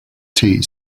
tea